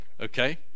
okay